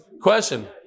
question